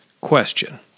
Question